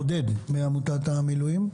עודד מעמותת המילואים.